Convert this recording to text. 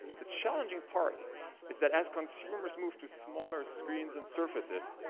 the challenging part is that as consumers move to smaller screens and surfaces,